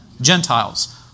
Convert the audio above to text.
Gentiles